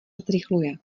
zrychluje